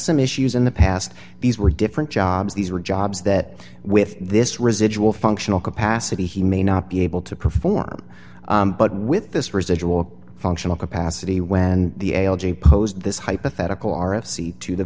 some issues in the past these were different jobs these are jobs that with this residual functional capacity he may not be able to perform but with this residual functional capacity when the l g posed this hypothetical r f c to the